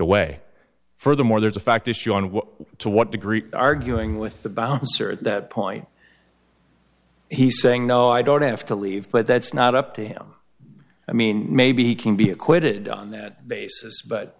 away furthermore there's a fact issue on what to what degree arguing with the bouncer at that point he saying no i don't have to leave but that's not up to him i mean maybe he can be acquitted on that basis but